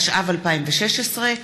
התשע"ו 2016,